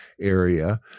area